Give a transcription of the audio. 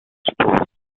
sports